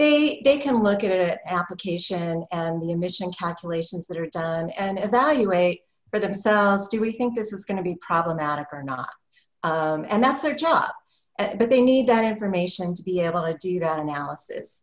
the they can look at application and the emission calculations that are done and evaluate for themselves do we think this is going to be problematic or not and that's their job but they need that information to be able to do that analysis